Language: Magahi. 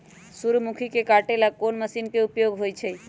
सूर्यमुखी के काटे ला कोंन मशीन के उपयोग होई छइ?